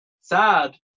sad